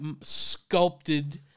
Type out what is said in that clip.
sculpted